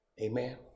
amen